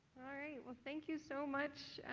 alright. well thank you so much.